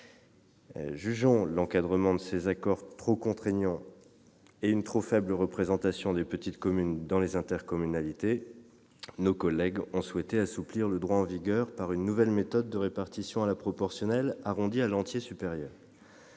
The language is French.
que l'encadrement de ces accords est trop contraignant et qu'il assure une trop faible représentation des petites communes au sein des intercommunalités, nos collègues ont souhaité assouplir le droit en vigueur en proposant une nouvelle méthode de répartition à la proportionnelle arrondie à l'entier supérieur.